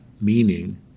meaning